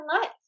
life